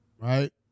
Right